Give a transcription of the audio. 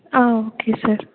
ah okay sir